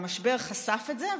המשבר חשף את זה,